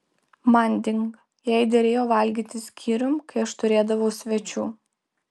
manding jai derėjo valgyti skyrium kai aš turėdavau svečių